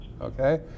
okay